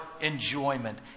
enjoyment